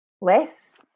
less